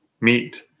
meet